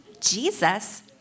Jesus